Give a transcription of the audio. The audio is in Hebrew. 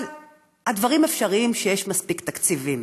אבל הדברים אפשריים כשיש מספיק תקציבים.